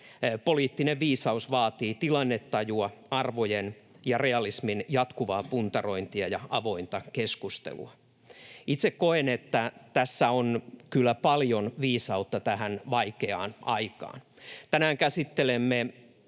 poliittinen viisaus vaatii tilannetajua, arvojen ja realismin jatkuvaa puntarointia ja avointa keskustelua. Itse koen, että tässä on kyllä paljon viisautta tähän vaikeaan aikaan. Tänään käsittelemme